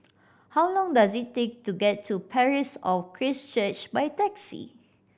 how long does it take to get to Parish of Christ Church by taxi